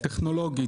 טכנולוגית.